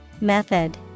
Method